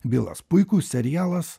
bylas puikus serialas